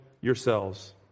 yourselves